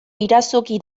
irazoki